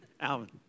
Alvin